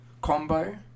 combo